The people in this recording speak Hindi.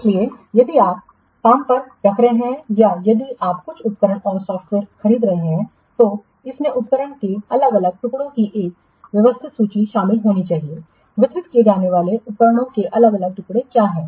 इसलिए यदि आप क्या काम पर रख रहे हैं या यदि आप कुछ उपकरण और सॉफ्टवेयर खरीद रहे हैं तो इसमें उपकरण के अलग अलग टुकड़ों की एक वास्तविक सूची शामिल होनी चाहिए वितरित किए जाने वाले उपकरणों के अलग अलग टुकड़े क्या हैं